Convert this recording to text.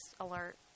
alert